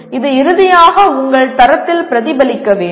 இது இறுதியாக உங்கள் தரத்தில் பிரதிபலிக்க வேண்டும்